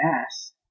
ass